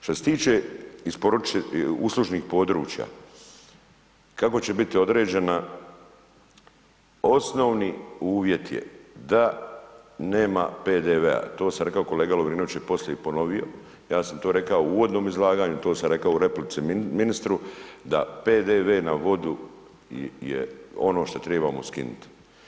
Šta se tiče uslužnih područja kako će biti određena, osnovni uvjet je da nema PDV-a, to sam rekao, kolega Lovrinović je poslije i ponovio, ja sam to rekao u uvodnom izlaganju, to sam rekao u replici ministru, da PDV na vodu je ono šta tribamo skinuti.